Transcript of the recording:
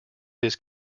this